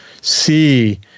see